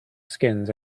skins